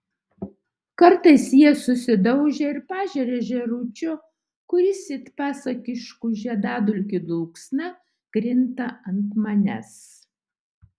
kartais jie susidaužia ir pažeria žėručio kuris it pasakiškų žiedadulkių dulksna krinta ant manęs